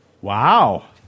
Wow